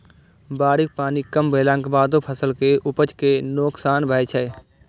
बाढ़िक पानि कम भेलाक बादो फसल के उपज कें नोकसान भए सकै छै